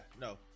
no